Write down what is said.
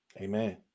Amen